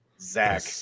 zach